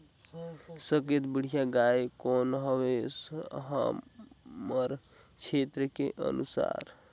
सबले बढ़िया गाय कौन हवे हमर क्षेत्र के अनुसार?